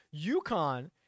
UConn